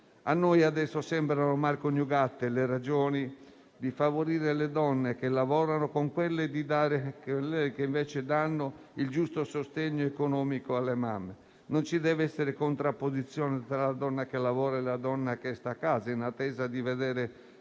A noi adesso sembrano mal coniugate le ragioni di favorire le donne che lavorano con quelle che invece danno il giusto sostegno economico alle mamme; ma non ci deve essere contrapposizione tra la donna che lavora e la donna che sta a casa, in attesa di vedere